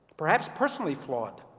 perhaps personally flawed,